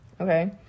okay